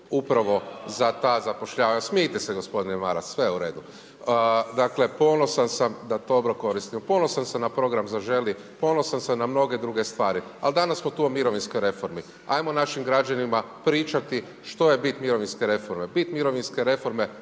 upravo za ta zapošljavanja, smijte se gospodine Maras, sve je u redu. Dakle ponosan sam na program zaželi, ponosan sam na mnoge druge stvari, ali danas smo tu o mirovinskoj reformi. Ajmo našim građanima pričati što je bit mirovinske reforme,